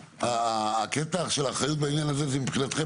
האחריות בעניין הזה היא שלכם,